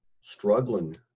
struggling